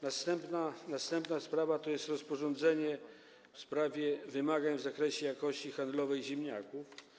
Następna sprawa to jest rozporządzenie w sprawie wymagań w zakresie jakości handlowej ziemniaków.